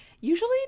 usually